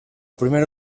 primer